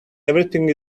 everything